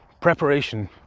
Preparation